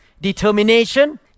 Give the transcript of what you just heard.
determination